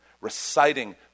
reciting